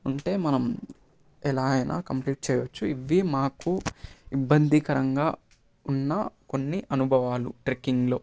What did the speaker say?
ఉంటే మనం ఎలా అయినా కంప్లీట్ చేయవచ్చు ఇవీ మాకు ఇబ్బందికరంగా ఉన్న కొన్ని అనుభవాలు ట్రెక్కింగ్లో